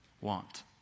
want